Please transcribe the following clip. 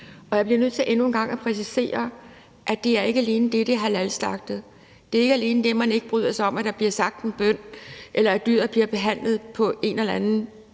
Jeg bliver nødt til endnu en gang at præcisere, at det ikke alene handler om det, at det er halalslagtet. Det er ikke alene det, at man ikke bryder sig om, at der bliver sagt en bøn, eller at dyret bliver behandlet på en eller anden